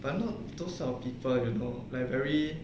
I am not those sort of people you know like very